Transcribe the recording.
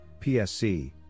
PSC